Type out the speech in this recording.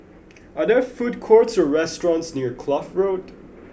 are there food courts or restaurants near Kloof Road